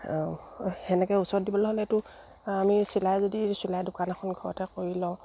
সেনেকে ওচৰত দিবলৈ হ'লেতো আমি চিলাই যদি চিলাই দোকান এখন ঘৰতে কৰি লওঁ